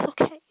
okay